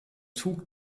zug